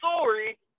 sorry